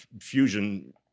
Fusion